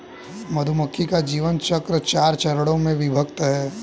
मधुमक्खी का जीवन चक्र चार चरणों में विभक्त है